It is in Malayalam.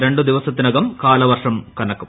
രണ്ടു ദിവസത്തിനകം കാലവർഷം കനക്കും